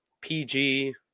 PG